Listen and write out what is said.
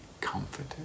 comforted